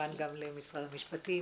וכמובן למשרד המשפטים.